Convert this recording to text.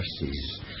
mercies